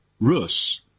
Rus